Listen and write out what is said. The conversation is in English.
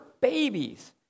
babies